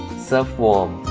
serve warm